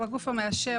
הוא הגוף המאשר,